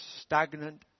stagnant